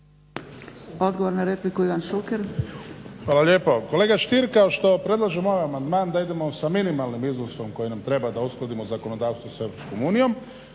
Odgovor na repliku Ivan Šuker. **Šuker, Ivan (HDZ)** Hvala lijepo. Kolega Stier kao što predlažem ovaj amandman da idemo sa minimalnim iznosom koji nam treba da uskladimo zakonodavstvo sa EU tako smo